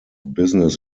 business